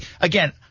Again